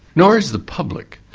nor is the public.